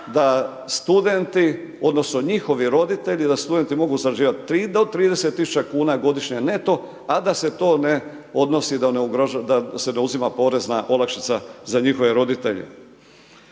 da studenti odnosno njihovi roditelji, da studenti mogu zarađivati do 30.000 kuna godišnje neto a da se to ne odnosi da ne ugrožava, da se ne uzima porezna olakšica za njihove roditelje.